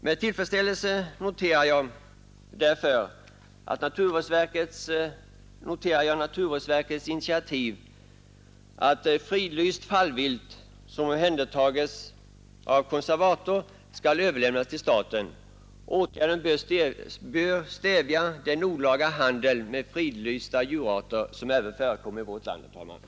Med tillfredsställelse noterar jag därför naturvårdsverkets initiativ att fridlyst fallvilt, som omhändertas av konservator, skall överlämnas till staten. Åtgärden bör stävja den olaga handel med fridlysta djurarter som förekommer även i vårt land, herr talman!